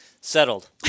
Settled